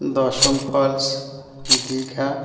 দশম ফলস দীঘা